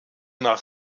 nach